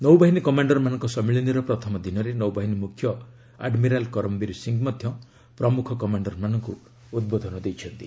ନୌବାହିନୀ କମାଣ୍ଡରମାନଙ୍କ ସମ୍ମିଳନୀର ପ୍ରଥମ ଦିନରେ ନୌବାହିନୀ ମୁଖ୍ୟ ଆଡମିରାଲ୍ କରମବୀର ସିଂ ମଧ୍ୟ ପ୍ରମୁଖ କମାଣ୍ଡରମାନଙ୍କୁ ଉଦ୍ବୋଧନ ଦେଇଛନ୍ତି